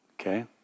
okay